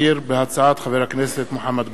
הצעת חבר הכנסת מוחמד ברכה.